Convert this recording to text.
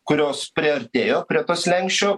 kurios priartėjo prie to slenksčio